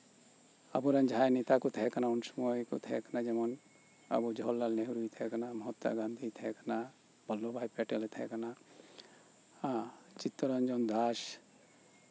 ᱟᱵᱚᱨᱮᱱ ᱡᱟᱦᱟᱸᱭ ᱱᱮᱛᱟ ᱠᱚ ᱛᱟᱦᱮᱸ ᱠᱟᱱᱟ ᱩᱱᱥᱚᱢᱚᱭ ᱠᱚ ᱛᱟᱦᱮᱸ ᱠᱟᱱᱟ ᱡᱮᱢᱚᱱ ᱟᱵᱚ ᱡᱚᱦᱚᱨᱞᱟᱞ ᱱᱮᱦᱮᱨᱩᱭ ᱛᱟᱦᱮᱸ ᱠᱟᱱᱟ ᱢᱚᱦᱚᱛᱛᱚᱢᱟ ᱜᱟᱱᱫᱷᱤᱭ ᱛᱟᱦᱮᱸ ᱠᱟᱱᱟ ᱵᱚᱞᱞᱚᱵᱽ ᱵᱷᱟᱭ ᱮ ᱛᱟᱦᱮᱸ ᱠᱟᱱᱟ ᱟᱨ ᱪᱤᱛᱛᱚ ᱨᱚᱧᱡᱚᱱ ᱫᱟᱥ